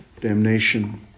damnation